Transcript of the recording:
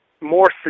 more